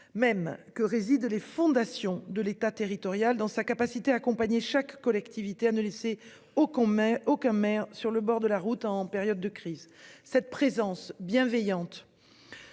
même que résident les fondations de l'État, territorial dans sa capacité à accompagner chaque collectivité à ne laisser au con mais aucun maire sur le bord de la route en période de crise. Cette présence bienveillante.